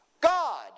God